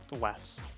less